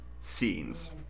scenes